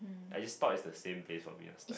I just thought it's the same place for years